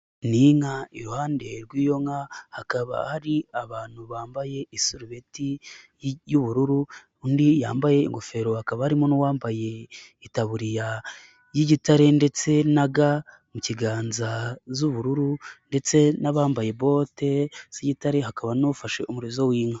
Ni nka iruhande rw'iyo nka, hakaba hari abantu bambaye iserubeti y'ubururu, undi yambaye ingofero akaba harimo n'uwambaye itaburiya y'igitare ndetse na ga mu kiganza z'ubururu ndetse n'abambaye bote z'igitare hakaba n'ufashe umurizo w'inka.